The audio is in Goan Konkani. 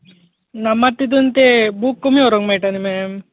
ना मात तेतूंत ते बूक कमी व्हरपाक मेयटा न्ही मॅम